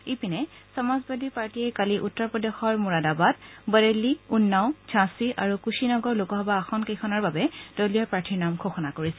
ইপিনে সমাজবাদী পাৰ্টীয়ে উত্তৰ প্ৰদেশৰ মোৰাদাবাদ বৰেলী উন্নাও ঝাচি আৰু কুশিনগৰ লোকসভা আসন কেইখনৰ বাবে দলীয় প্ৰাৰ্থীৰ নাম ঘোষণা কৰিছিল